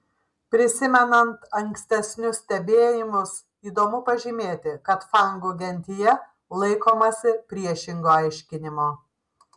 prisimenant ankstesnius stebėjimus įdomu pažymėti kad fangų gentyje laikomasi priešingo aiškinimo